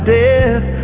death